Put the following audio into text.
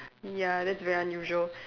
ya that's very unusual